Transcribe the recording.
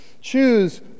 Choose